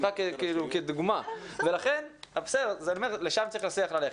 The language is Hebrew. זו רק דוגמה, לשם צריך השיח ללכת.